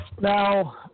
Now